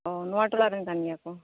ᱚᱻ ᱱᱚᱣᱟ ᱴᱚᱞᱟ ᱨᱮᱱ ᱠᱟᱱ ᱜᱮᱭᱟ ᱠᱚ